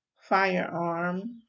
firearm